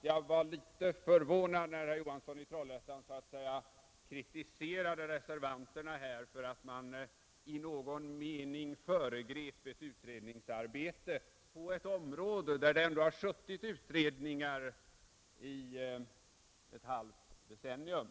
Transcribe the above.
Jag var litet förvånad när herr Johansson i Trollhättan så att säga kritiserade oss reservanter för att vi i någon mening föregrep ett utredningsarbete på ett område där det ändå har suttit utredningar i ett halvt decennium.